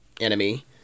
enemy